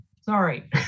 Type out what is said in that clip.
Sorry